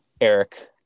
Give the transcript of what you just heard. Eric